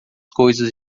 coisas